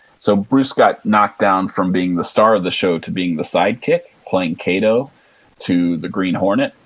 so bruce got knocked down from being the star of the show to being the sidekick playing kato to the green hornet,